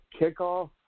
Kickoff